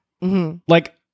like-